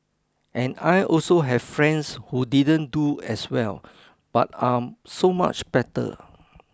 and I also have friends who didn't do as well but are so much better